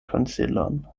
konsilon